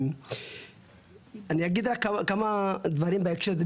אני אגיד כמה דברים בהקשר הזה.